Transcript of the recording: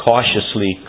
Cautiously